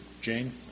Jane